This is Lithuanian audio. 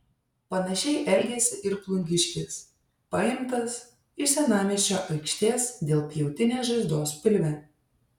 panašiai elgėsi ir plungiškis paimtas iš senamiesčio aikštės dėl pjautinės žaizdos pilve